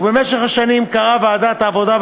ובמשך השנים קראה ועדת העבודה,